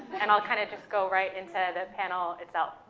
and i'll kinda just go right into the panel itself.